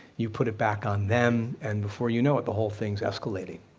you put it back on them, and before you know it the whole thing's escalating.